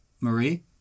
Marie